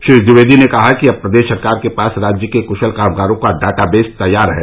श्री ट्विवेदी ने कहा कि अब प्रदेश सरकार के पास राज्य के कूशल कामगारों का डाटाबेस तैयार है